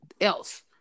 else